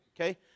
Okay